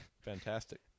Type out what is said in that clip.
Fantastic